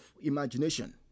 imagination